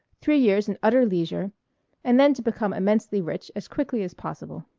three years in utter leisure and then to become immensely rich as quickly as possible.